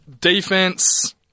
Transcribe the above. Defense